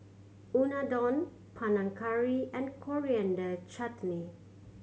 Unadon Panang Curry and Coriander Chutney